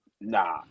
Nah